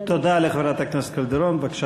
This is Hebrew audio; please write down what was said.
תודה לחברת הכנסת קלדרון.